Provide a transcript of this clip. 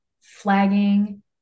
flagging